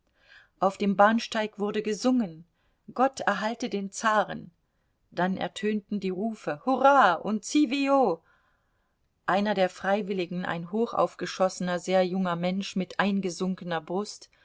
auf dem bahnsteig wurde gesungen gott erhalte den zaren dann ertönten die rufe hurra und zivio einer der freiwilligen ein hochaufgeschossener sehr junger mensch mit eingesunkener brust